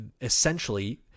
essentially